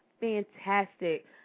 fantastic